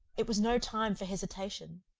it was no time for hesitation.